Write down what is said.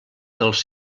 dels